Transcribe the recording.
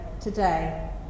today